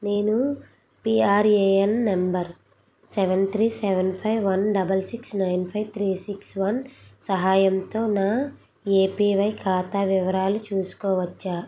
నేను PRAN number seven three seven five one double six nine five three six one సహాయంతో నా APY ఖాతా వివరాలు చూసుకోవచ్చా